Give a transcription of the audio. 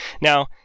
Now